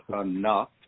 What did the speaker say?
enough